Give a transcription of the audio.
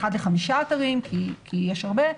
אחד ל-5 אתרים כי יש הרבה.